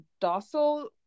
docile